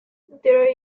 there